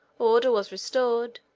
order was restored.